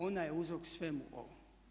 Ona je uzrok svemu ovome.